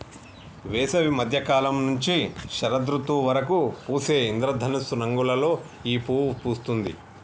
వేసవి మద్య కాలం నుంచి శరదృతువు వరకు పూసే ఇంద్రధనస్సు రంగులలో ఈ పువ్వు పూస్తుంది